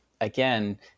again